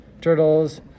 Turtles